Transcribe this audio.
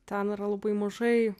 ten yra labai mažai